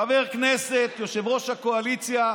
חבר כנסת, יושב-ראש הקואליציה,